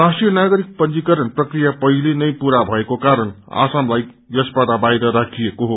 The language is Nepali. राष्ट्रिय नागरिक पंजीकरण प्रक्रिया पहिले पूरा भएको कारण आसाम लाई यसबाट बाहिर राखिएको को